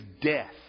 death